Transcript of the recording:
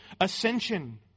ascension